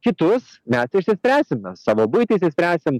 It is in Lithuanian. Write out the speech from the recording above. kitus mes išspręsim mes savo buitį išspręsim